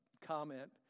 comment